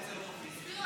תזכיר,